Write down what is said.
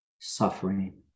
suffering